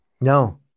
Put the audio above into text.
No